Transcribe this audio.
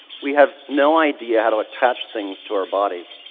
we have no idea how to attach things to our bodies.